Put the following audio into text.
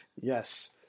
Yes